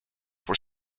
were